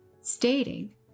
stating